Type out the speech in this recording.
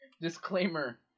Disclaimer